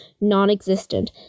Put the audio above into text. non-existent